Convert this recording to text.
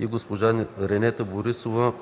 и госпожа Ренета Борисова;